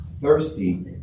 Thirsty